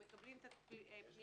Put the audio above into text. אם מקבלים את הפניות,